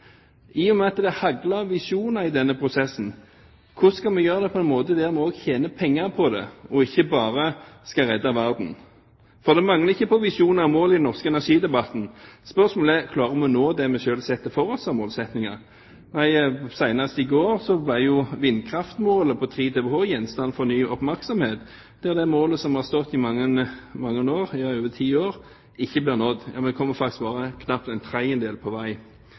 I og med at det hagler visjoner i denne prosessen, hvordan skal vi gjøre det på en måte der vi også tjener penger på det og ikke bare skal redde verden? For det mangler ikke på visjoner og mål i den norske energidebatten. Spørsmålet er: Klarer vi å nå det vi selv setter oss som målsettinger? Senest i går ble vindkraftmålet på 10 TWh gjenstand for ny oppmerksomhet. Det målet som har stått i mange år, i over ti år, blir ikke nådd. Vi kommer faktisk bare knapt en tredjedel på vei.